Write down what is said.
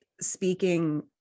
speaking